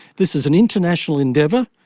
this is an international endeavour,